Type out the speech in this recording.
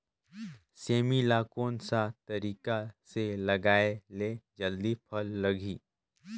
सेमी ला कोन सा तरीका से लगाय ले जल्दी फल लगही?